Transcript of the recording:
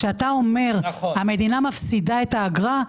כשאתה אומר "המדינה מפסידה את האגרה",